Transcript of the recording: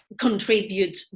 contribute